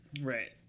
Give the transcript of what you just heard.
right